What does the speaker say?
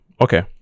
Okay